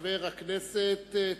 חבר כנסת טיבי.